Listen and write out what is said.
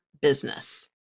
business